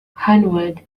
hanaud